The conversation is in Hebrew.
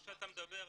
מה שאתה מדבר,